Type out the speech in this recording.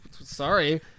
Sorry